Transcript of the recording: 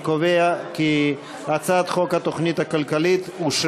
אני קובע כי הצעת חוק התוכנית הכלכלית (תיקוני חקיקה ליישום המדיניות